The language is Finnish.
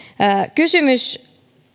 kysymys